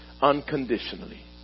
unconditionally